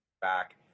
back